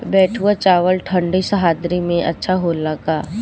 बैठुआ चावल ठंडी सह्याद्री में अच्छा होला का?